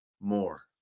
more